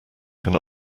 can